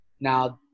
Now